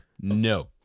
no